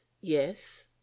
Yes